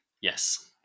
yes